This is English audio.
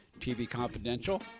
tvconfidential